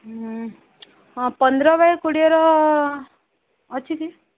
ହଁ ପନ୍ଦର ବାଇ କୋଡ଼ିଏର ଅଛି କି